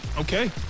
Okay